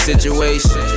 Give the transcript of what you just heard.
Situation